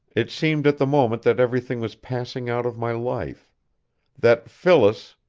it seemed at the moment that everything was passing out of my life that phyllis,